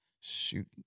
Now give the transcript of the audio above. Shoot